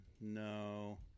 no